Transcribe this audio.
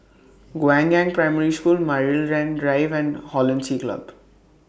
Guangyang Primary School Maryland Drive and Hollandse Club